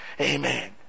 Amen